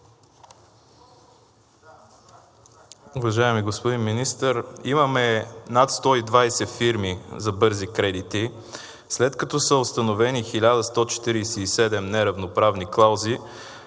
Уважаеми господин Министър, имаме над 120 фирми за бързи кредити. След като са установени 1147 неравноправни клаузи,